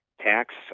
tax